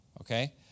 Okay